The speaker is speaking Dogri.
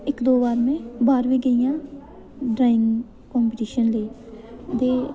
इक दो बार में बाह्र बी गेई आं ड्राइंग कम्पिटिशन लेई ते